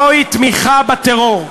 זוהי תמיכה בטרור,